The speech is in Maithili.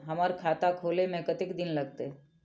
हमर खाता खोले में कतेक दिन लगते?